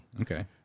Okay